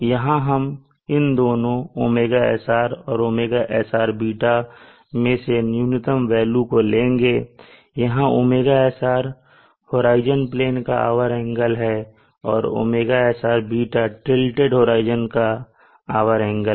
यहां हम इन दोनों 𝞈srऔर 𝞈srß मे से न्यूनतम वेल्यू को लेंगे यहां 𝞈sr होराइजन का आवर एंगल और 𝞈srß टीलटेड होराइजन का आवर एंगल है